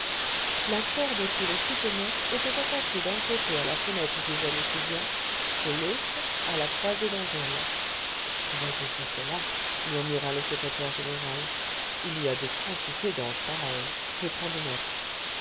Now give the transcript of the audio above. la corde qui le soutenait était attachée d'un côté à la fenêtre du jeune étudiant de l'autre à la croisée d'angèle voyez-vous cela murmura le secrétaire général il y a des quantités d'anges pareils je prends des notes